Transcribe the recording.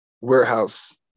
warehouse